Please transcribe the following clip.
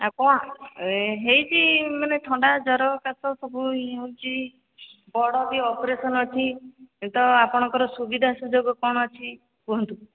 ଆଉ କ'ଣ ହୋଇଛି ମାନେ ଥଣ୍ଡା ଜର କାଶ ସବୁ ହେଉଛି ବଡ଼ ବି ଅପରେସନ୍ ଅଛି ତ ଆପଣଙ୍କର ସୁବିଧା ସୁଯୋଗ କ'ଣ ଅଛି କୁହନ୍ତୁ